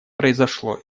произошло